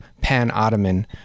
pan-Ottoman